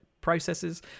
processes